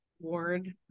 ward